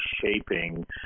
shaping